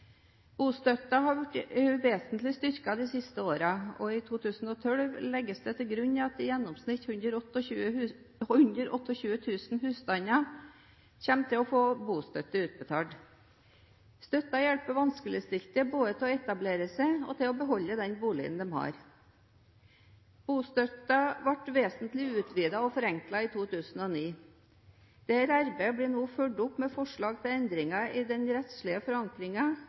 bostøtte utbetalt. Støtten hjelper vanskeligstilte både til å etablere seg og til å beholde den boligen de har. Bostøtten ble vesentlig utvidet og forenklet i 2009. Dette arbeidet blir nå fulgt opp med forslag til endringer i den rettslige